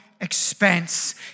expense